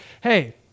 hey